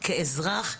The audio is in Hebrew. כאזרח,